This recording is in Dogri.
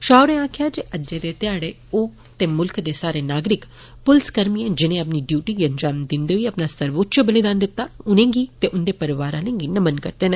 शाह होरें आक्खेया जे अजे दे ध्याड़े ओ ते म्ल्ख दे सारे नागरिक प्लस कर्मियें जिनें अपनी ड्यूटी गी अंजाम दिन्दे होई अपना सर्वोच्चय बलिदान दिता उनेंगी ते उन्दे परिवार आलें गी नमन करदे न